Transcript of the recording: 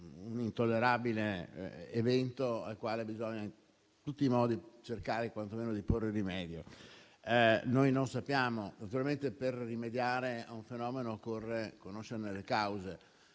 un'intollerabile evento al quale bisogna in tutti i modi cercare quantomeno di porre rimedio. Naturalmente, per rimediare a un fenomeno occorre conoscerne le cause.